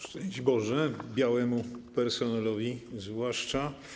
Szczęść Boże białemu personelowi zwłaszcza.